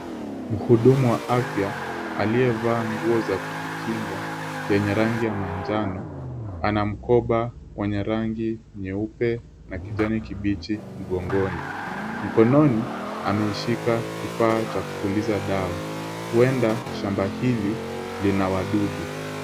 Mhudumu wa afya aliyevaa nguo za kujikinga yenye rangi ya manjano ana mkoba wenye rangi nyeupe na kijani kibichi mgongoni. Mkononi ameshika kifaa cha kupuliza dawa. Huenda shamba hili lina wadudu.